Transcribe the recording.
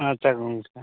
ᱟᱪᱪᱷᱟ ᱜᱚᱢᱠᱮ